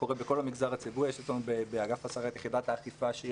שקורה בכל המגזר הציבורי יש באגף השכר את יחידת האכיפה שהיא